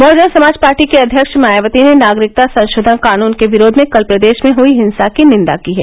बह्जन समाज पार्टी की अध्यक्ष मायावती ने नागरिकता संशोधन कानून के विरोध में कल प्रदेश में हुई हिंसा की निन्दा की है